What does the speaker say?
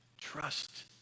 Trust